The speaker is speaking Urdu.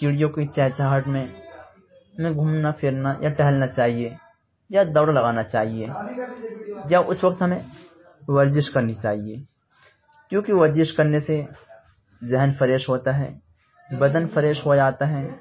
چڑیوں کی چہچہاہٹ میں گھومنا پھرنا یا ٹہلنا چاہیے یا دوڑ لگانا چاہیے جب اس وقت ہمیں ورزش کرنی چاہیے کیونکہ ورزش کرنے سے ذہن فریش ہوتا ہے بدن فریش ہو جاتا ہے